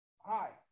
Hi